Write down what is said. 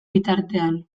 bitartean